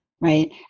right